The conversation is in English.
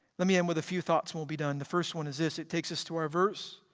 let me end with a few thoughts and we'll be done. the first one is this. it takes us to our verse.